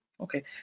okay